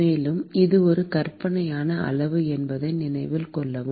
மேலும் இது ஒரு கற்பனையான அளவு என்பதை நினைவில் கொள்ளவும்